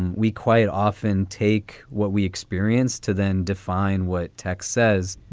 and we quite often take what we experienced to then define what text says.